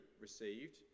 received